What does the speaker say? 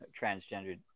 transgendered